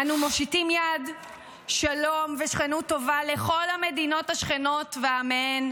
"אנו מושיטים יד שלום ושכנות טובה לכל המדינות השכנות ועמיהן,